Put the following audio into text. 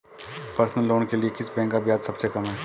Personal loan के लिए किस बैंक का ब्याज सबसे कम है?